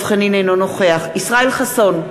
אינו נוכח ישראל חסון,